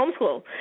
homeschool